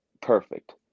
perfect